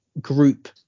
group